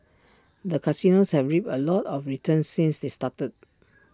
the casinos have reaped A lot of returns since they started